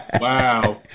Wow